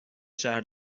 شهر